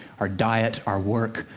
our diet, our work,